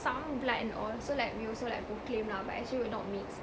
some blood and all so like we also like proclaim lah but actually we're not mixed